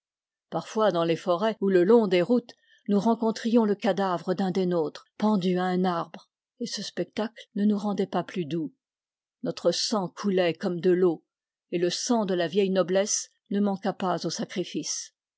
parfois dans les forêts ou le long des routes nous rencontrions le cadavre d'un des nôtres pendu à un arbre et ce spectacle ne nous rendait pas plus doux notre sang coulait comme de l'eau et le sang de la vieille noblesse ne manqua pas au sacrifice